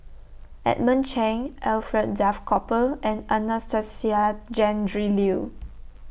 Edmund Cheng Alfred Duff Cooper and Anastasia Tjendri Liew